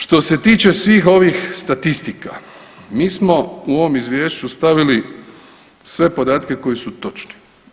Što se tiče svih ovih statistika mi smo u ovom izvješću stavili sve podatke koji su točni.